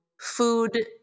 food